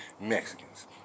Mexicans